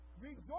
Rejoice